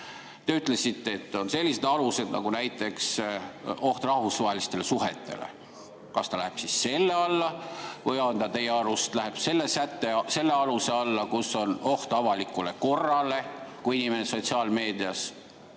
Te ütlesite, et on sellised alused, nagu näiteks oht rahvusvahelistele suhetele. Kas ta läheb siis selle alla või ta teie arust läheb selle sätte, selle aluse alla, et on oht avalikule korrale, kui inimene sotsiaalmeedias